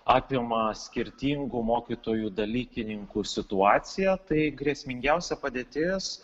apima skirtingų mokytojų dalykininkų situaciją tai grėsmingiausia padėtis